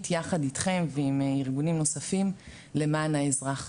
יחד איתכם ועם ארגונים נוספים למען האזרח.